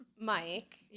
Mike